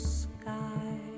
sky